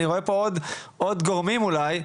אני רואה פה עוד גורמים אולי,